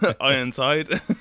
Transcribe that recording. Ironside